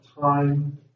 time